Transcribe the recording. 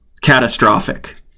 catastrophic